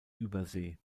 übersee